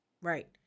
Right